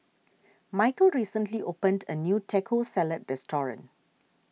Micheal recently opened a new Taco Salad restaurant